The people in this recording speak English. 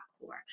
core